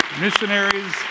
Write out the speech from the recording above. missionaries